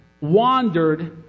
wandered